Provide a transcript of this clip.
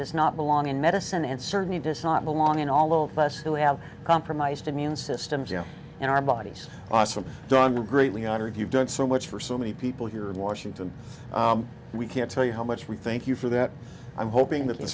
does not belong in medicine and certainly does not belong in all of us who have compromised immune systems in our bodies awesome done greatly honored you've done so much for so many people here in washington we can't tell you how much we thank you for that i'm hoping that the